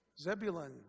Zebulun